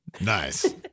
nice